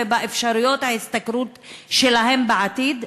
ובאפשרויות ההשתכרות שלהן בעתיד.